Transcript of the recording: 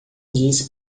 disse